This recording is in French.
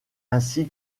ainsi